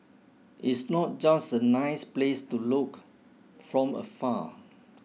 it's not just a nice place to look from afar